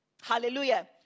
Hallelujah